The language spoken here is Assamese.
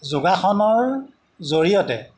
যোগাসনৰ জৰিয়তে